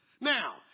Now